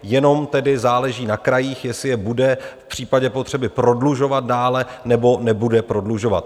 Jenom tedy záleží na krajích, jestli je bude v případě potřeby prodlužovat dále, nebo nebude prodlužovat.